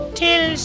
till